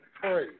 pray